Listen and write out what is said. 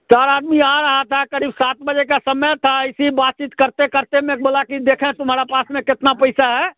चार आदमी आ रहा था करीब सात बजे का समय था एसी बात चीत करते करते में बोला कि देखें तुम्हारा पास में केतना पैसा है